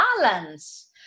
balance